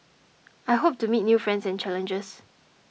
I hope to meet new friends and challenges